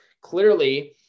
Clearly